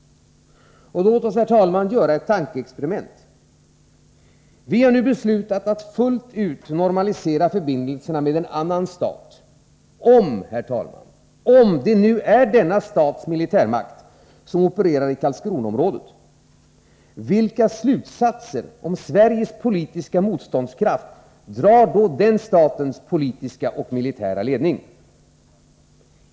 Herr talman! Låt oss göra ett tankeexperiment. Vi har nu beslutat att fullt ut normalisera förbindelserna med en annan stat. Om, herr talman, det nu är denna stats militärmakt som opererar i Karlskronaområdet, vilka slutsatser om Sveriges politiska motståndskraft drar då den statens politiska och militära ledning?